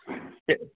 एसे